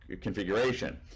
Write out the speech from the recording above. configuration